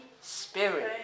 Spirit